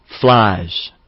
Flies